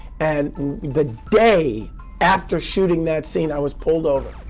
and the day after shooting that scene, i was pulled over.